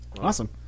Awesome